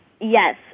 Yes